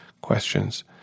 questions